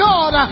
God